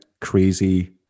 crazy